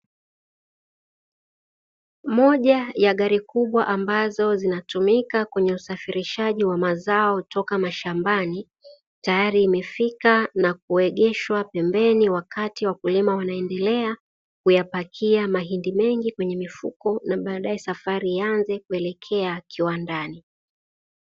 Moja ya gari kubwa ambazo zinatumika kwenye usafirishaji wa mazao toka mashambani taayri imefika na kuegeshwa pembeni, wakati wakulima wanaendelea kupakia mahindi mengi kwenye mifuko, na baadae safari ianze kuelekea kiwandani.